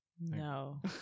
No